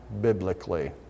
Biblically